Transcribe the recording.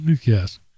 Yes